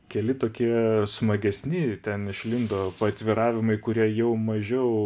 keli tokie smagesni ten išlindo paatviravimai kurie jau mažiau